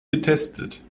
getestet